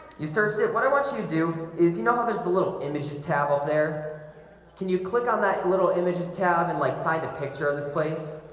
you searched it. what i want you to do is you know how there's the little images tab up there can you click on that little images tab and like find a picture of this place?